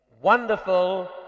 wonderful